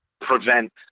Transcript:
prevent